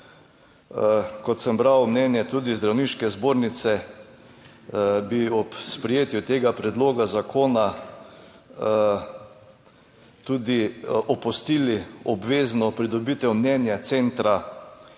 Kot sem bral mnenje, tudi Zdravniške zbornice, bi ob sprejetju tega predloga zakona tudi opustili obvezno pridobitev 38. TRAK: